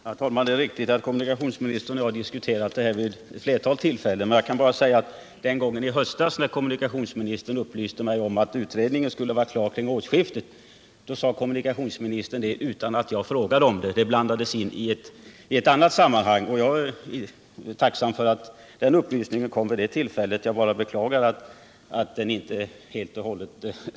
Herr talman! Det är riktigt att kommunikationsministern och jag diskuterat den här frågan vid ett flertal tillfällen. Men jag kan säga att när kommunikationsministern i höstas upplyste mig om att utredningen skulle vara klar kring årsskiftet så gjorde han det utan att jag frågade om det — det blandades in i ett annat sammanhang. Jag är tacksam för att upplysningen kom vid det tillfället. Jag bara beklagar att den inte stämde helt och hållet.